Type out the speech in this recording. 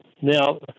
Now